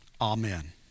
Amen